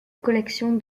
collection